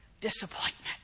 disappointment